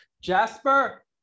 Jasper